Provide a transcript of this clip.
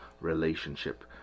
relationship